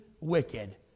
wicked